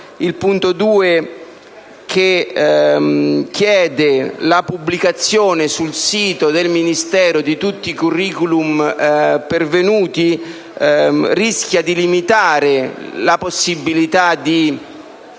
il punto 2, che chiede la pubblicazione sul sito del Ministero di tutti i *curricula* pervenuti, rischia di limitare la possibilità di